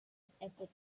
epitaph